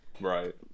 Right